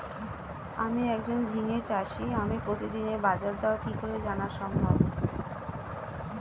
আমি একজন ঝিঙে চাষী আমি প্রতিদিনের বাজারদর কি করে জানা সম্ভব?